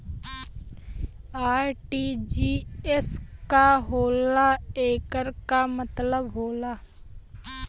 RTGS का होला एकर का मतलब होला?